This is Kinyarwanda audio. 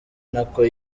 nako